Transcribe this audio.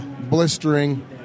blistering